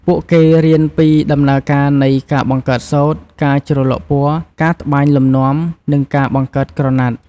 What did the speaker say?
ពួកគេរៀនពីដំណើរការនៃ ការបង្កើតសូត្រ ការជ្រលក់ពណ៌ ការត្បាញលំនាំ និងការបង្កើតក្រណាត់។